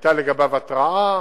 היתה לגביו התראה,